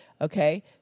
okay